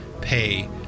pay